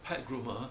pet groomer